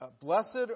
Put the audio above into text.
Blessed